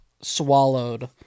swallowed